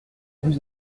vous